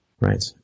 right